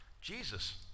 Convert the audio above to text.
Jesus